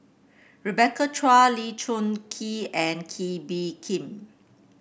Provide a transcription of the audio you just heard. Rebecca Chua Lee Choon Kee and Kee Bee Khim